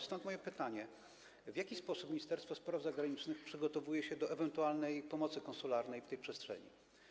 Stąd moje pytanie: W jaki sposób Ministerstwo Spraw Zagranicznych przygotowuje się do ewentualnej pomocy konsularnej w tej przestrzeni?